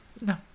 No